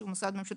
שהוא מוסד ממשלתי.